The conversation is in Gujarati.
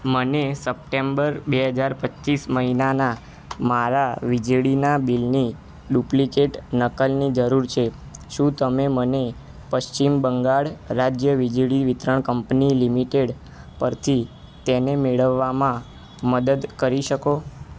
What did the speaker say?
મને સપ્ટેમ્બર બે હજાર પચીસ મહિનાના મારા વીજળીનાં બિલની ડુપ્લિકેટ નકલની જરૂર છે શું તમે મને પશ્ચિમ બંગાળ રાજ્ય વીજળી વિતરણ કંપની લિમિટેડ પરથી તેને મેળવવામાં મદદ કરી શકો